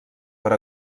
per